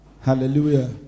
Hallelujah